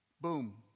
Boom